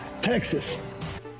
Texas